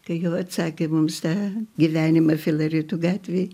kai jau atsakė mums tą gyvenimą filaretų gatvėj